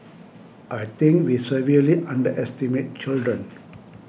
I think we severely underestimate children